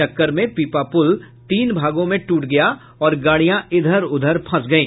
टक्कर में पीपा पुल तीन भागों में टूट गया और गाड़ियां इधर उधर फंस गयी